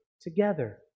together